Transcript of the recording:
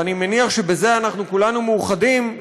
ואני מניח שבזה אנחנו כולנו מאוחדים,